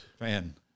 man